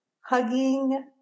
hugging